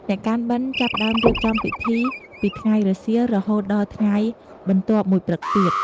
អ្នកកាន់បិណ្ឌចាប់ផ្តើមរៀបចំពិធីពីថ្ងៃរសៀល រហូតដល់ថ្ងៃបន្ទាប់មួយព្រឹកទៀត។